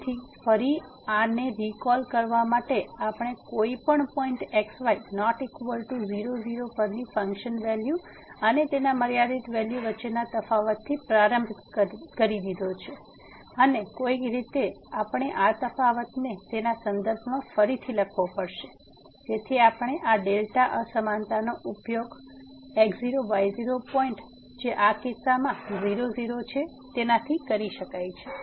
તેથી ફરી આને રિકોલ કરવા માટે આપણે કોઈ પણ પોઈન્ટ x y ≠ 00 પરની ફંક્શન વેલ્યુ અને તેના મર્યાદિત વેલ્યુ વચ્ચેના તફાવતથી પ્રારંભ કરી દીધો છે અને કોઈક રીતે આપણે આ તફાવતને તેના સંદર્ભમાં ફરીથી લખવો પડશે જેથી આપણે આ ડેલ્ટા અસમાનતાનો ઉપયોગ x0 y0 પોઈન્ટ જે આ કિસ્સામાં 00 છે તેથી કરી શકાય છે